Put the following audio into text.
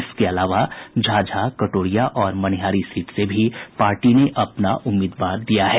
इसके अलावा झाझा कटोरिया और मनिहारी सीट से भी पार्टी ने अपना उम्मीदवार दिया है